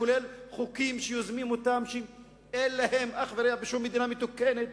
כולל חוקים שיוזמים ואין להם אח ורע בשום מדינה מתוקנת,